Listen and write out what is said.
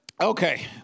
Okay